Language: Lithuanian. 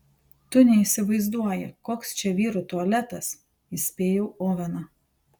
tu neįsivaizduoji koks čia vyrų tualetas įspėjau oveną